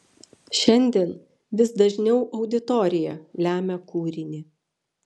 šiandien vis dažniau auditorija lemia kūrinį